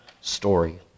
story